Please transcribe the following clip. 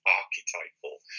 archetypal